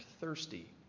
thirsty